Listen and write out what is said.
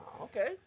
okay